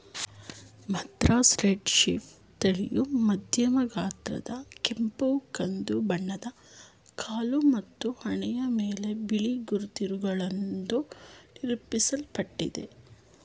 Madras red sheep ತಳಿಯು ಮಧ್ಯಮ ಗಾತ್ರದ ಕೆಂಪು ಕಂದು ಬಣ್ಣದ ಕಾಲು ಮತ್ತು ಹಣೆಯ ಮೇಲೆ ಬಿಳಿ ಗುರುತುಗಳಿಂದ ನಿರೂಪಿಸಲ್ಪಟ್ಟಿದೆ